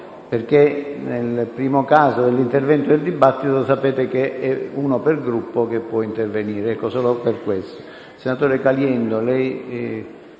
Senatore Caliendo, chiede